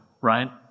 right